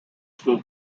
school